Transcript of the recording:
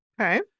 Okay